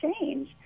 change